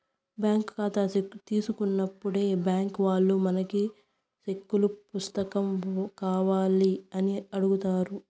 bank కాతా తీసుకున్నప్పుడే బ్యాంకీ వాల్లు మనకి సెక్కుల పుస్తకం కావాల్నా అని అడుగుతారు